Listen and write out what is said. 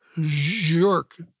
Jerk